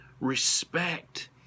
respect